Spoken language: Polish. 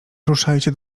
ruszajcie